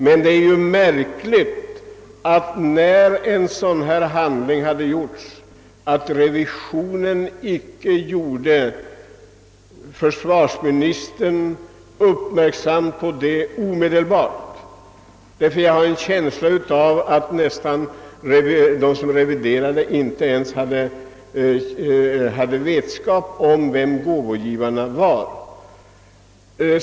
Men det är märkligt att revisionen inte omedelbart gjorde försvarsministern uppmärksam på vad som förekommit. Man får nästan en känsla av att de som reviderade inte ens hade någon kännedom om vilka gåvogivarna var.